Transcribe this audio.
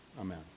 Amen